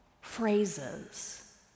phrases